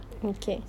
okay